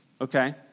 okay